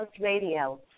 Radio